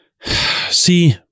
see